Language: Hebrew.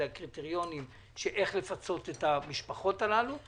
כלומר הקריטריונים איך לפצות את המשפחות הללו,